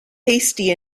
hasty